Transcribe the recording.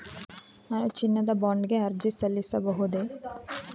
ನಾನು ಚಿನ್ನದ ಬಾಂಡ್ ಗೆ ಅರ್ಜಿ ಸಲ್ಲಿಸಬಹುದೇ?